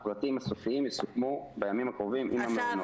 ההחלטה הסופית תסוכם בימים הקרובים עם המעונות.